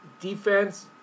defense